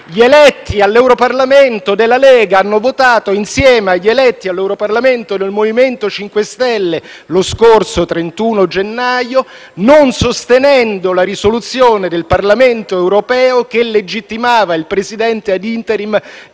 Gli eletti all'Europarlamento della Lega hanno votato insieme agli eletti all'Europarlamento del MoVimento 5 Stelle lo scorso 31 gennaio non sostenendo la risoluzione del Parlamento europeo che legittimava il presidente *ad interim*